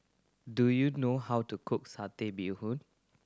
do you know how to cook Satay Bee Hoon